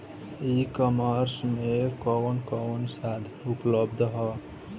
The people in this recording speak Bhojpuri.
ई कॉमर्स में कवन कवन साधन उपलब्ध ह?